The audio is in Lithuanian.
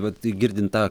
vat girdint tą